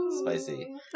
spicy